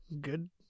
good